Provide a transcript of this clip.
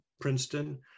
Princeton